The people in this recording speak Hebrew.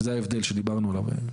זה ההבדל שדיברנו עליו.